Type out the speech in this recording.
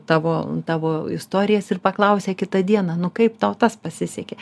tavo tavo istorijas ir paklausia kitą dieną nu kaip tau tas pasisekė